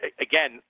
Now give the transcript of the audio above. again